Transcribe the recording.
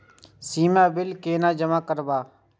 सीमा bill केना जमा करब?